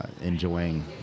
enjoying